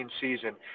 season